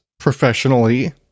professionally